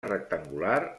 rectangular